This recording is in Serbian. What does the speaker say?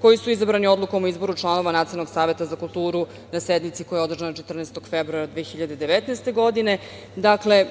koji su izabrani Odlukom o izboru članova Nacionalnog saveta za kulturu na sednici koja je održana 14. februara 2019. godine. Dakle,